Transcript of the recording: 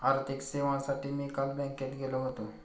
आर्थिक सेवांसाठी मी काल बँकेत गेलो होतो